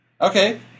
Okay